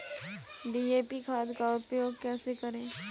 DAP खाद का उपयोग कैसे करें?